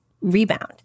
rebound